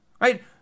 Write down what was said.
right